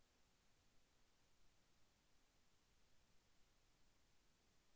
మహీంద్రా ట్రాక్టర్లను సులభ వాయిదాలలో ఎలా తీసుకోవచ్చు?